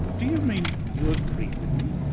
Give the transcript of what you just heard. do you mean you agree with me?